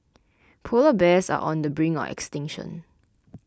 Polar Bears are on the brink of extinction